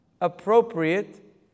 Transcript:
appropriate